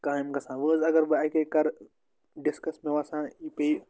کامہِ گژھان وٕۄں حَظ اگر بہٕ اَکے کَرٕ ڈِسکَس مےٚ باسان یہِ پیٚیہِ